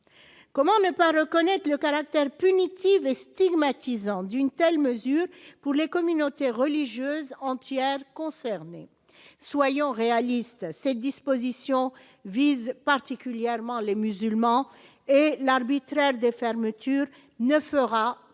Comment ne pas reconnaître le caractère punitif mais stigmatisant d'une telle mesure pour les communautés religieuses entière concernés, soyons réalistes, cette disposition vise particulièrement les musulmans et l'arbitraire des fermetures ne fera que